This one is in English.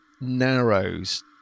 narrows